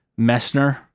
Messner